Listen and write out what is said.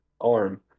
arm